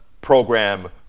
program